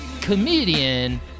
comedian